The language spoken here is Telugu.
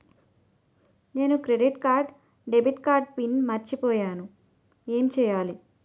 నేను క్రెడిట్ కార్డ్డెబిట్ కార్డ్ పిన్ మర్చిపోయేను ఎం చెయ్యాలి?